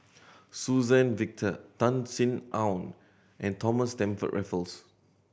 Suzann Victor Tan Sin Aun and Thomas Stamford Raffles